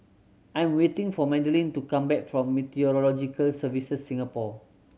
I am waiting for Madelene to come back from Meteorological Services Singapore